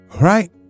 right